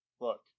look